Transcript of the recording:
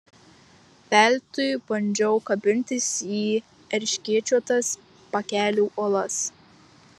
veltui bandžiau kabintis į erškėčiuotas pakelių uolas